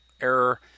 error